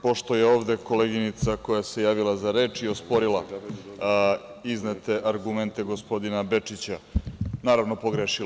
Pošto je ovde koleginica koja se javila za reč i osporila iznete argumente gospodina Bečića, naravno pogrešila.